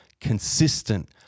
consistent